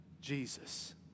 Jesus